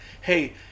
hey